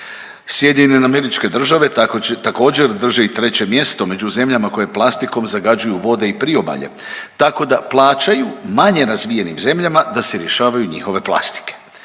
iz Kyota. SAD također drže i treće mjesto među zemljama koje plastikom zagađuje vode i priobalje tako da plaćaju manje razvijenim zemljama da se rješavaju njihove plastike.